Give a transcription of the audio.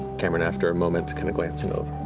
cameron, after a moment, kind of glancing over,